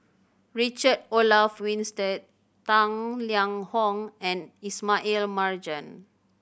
Richard Olaf Winstedt Tang Liang Hong and Ismail Marjan